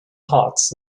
hawks